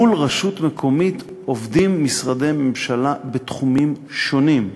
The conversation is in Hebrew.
מול רשות מקומית עובדים משרדי ממשלה בתחומים שונים.